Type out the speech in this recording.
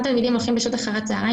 אותם תלמידים הולכים בשעות אחר הצהריים